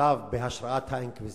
נכתב בהשראת האינקוויזיציה.